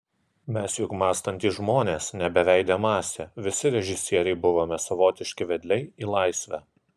mes juk mąstantys žmonės ne beveidė masė visi režisieriai buvome savotiški vedliai į laisvę